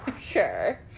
Sure